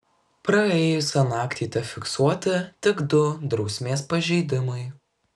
praėjusią naktį tefiksuoti tik du drausmės pažeidimai